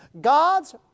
God's